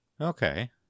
Okay